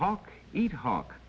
hawk eat hawk